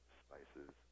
spices